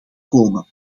komen